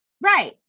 Right